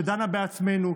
שדנה בעצמנו,